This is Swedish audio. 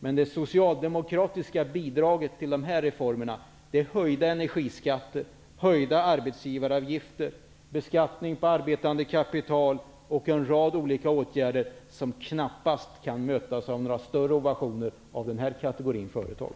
Men det socialdemokratiska bidraget till de här reformerna är höjda energiskatter, höjda arbetsgivaravgifter, beskattning på arbetande kapital och en rad olika åtgärder som knappast kan mötas av några större ovationer från den här kategorin av företag.